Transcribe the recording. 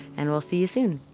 and we'll see you soon!